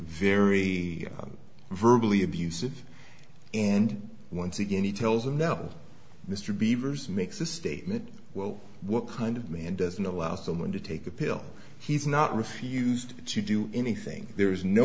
very virtually abusive and once again he tells him no mr beaver's makes a statement well what kind of man doesn't allow someone to take a pill he's not refused to do anything there's no